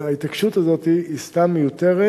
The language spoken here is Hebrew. וההתעקשות הזאת היא סתם מיותרת,